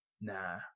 Nah